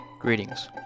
Greetings